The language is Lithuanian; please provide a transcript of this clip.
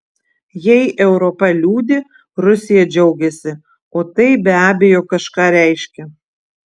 jei europa liūdi rusija džiaugiasi o tai be abejo kažką reiškia